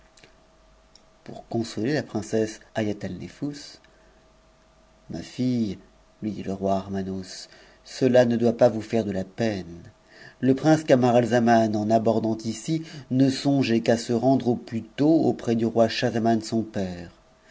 pour consoler la princesse haïatalnefous ma fille lui dit le roian'nnos cela ne doit pas vous faire de la peine le prince camaraizanmt f abordantici ne songeait qu'à serendreau plus tôt auprès duroischahm son père